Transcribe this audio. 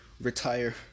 retire